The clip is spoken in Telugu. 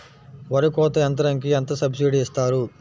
వరి కోత యంత్రంకి ఎంత సబ్సిడీ ఇస్తారు?